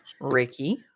Ricky